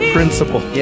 Principle